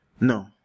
no